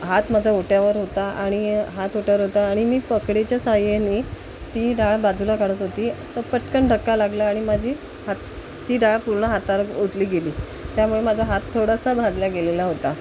हात माझा ओट्यावर होता आणि हात ओट्यावर होता आणि मी पकडेच्या साहाय्याने ती डाळ बाजूला काढत होती तर पटकन धक्का लागला आणि माझी हात ती डाळ पूर्ण हातावर ओतली गेली त्यामुळे माझा हात थोडासा भाजला गेलेला होता